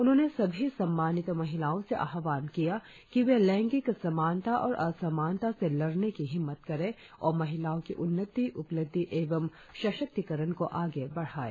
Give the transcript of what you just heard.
उन्होंने सभी सम्मानित महिलाओं से आहवान किया कि वे लैंगिक समानता और असमानता से लड़ने की हिम्मत करें और महिलाओं की उन्नति उपलब्धि एवं सशक्तिकरण को आगे बढ़ाये